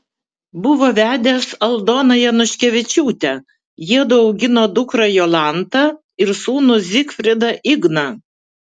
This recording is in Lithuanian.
buvo vedęs aldona januškevičiūtę jiedu augino dukrą jolantą ir sūnų zigfridą igną